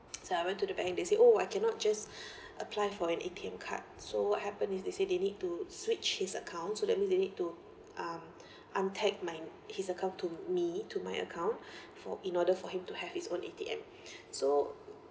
so I went to the bank they say oh I cannot just apply for an A_T_M card so what happened is they say they need to switch his account so that means they need to untag my his account to me to my account for in order for him to have his own A_T_M so